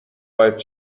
باید